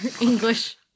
English